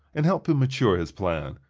and help him mature his plan.